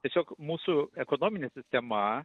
tiesiog mūsų ekonominė sistema